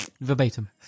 Verbatim